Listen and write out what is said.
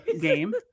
game